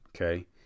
Okay